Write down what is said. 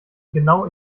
genau